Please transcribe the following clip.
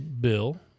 Bill